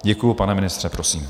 Děkuji, pane ministře, prosím.